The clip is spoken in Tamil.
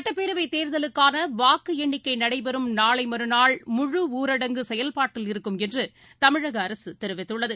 சட்டப்பேரவைதேர்தலுக்கானவாக்குஎண்ணிக்கைநடைபெறும் நாளைமறநாள் ஊரடங்கு மு செயல்பாட்டில் இருக்கும் என்றுதமிழகஅரசுதெரிவித்துள்ளது